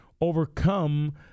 overcome